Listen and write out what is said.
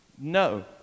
No